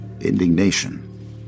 indignation